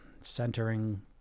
centering